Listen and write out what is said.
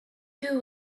two